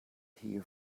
here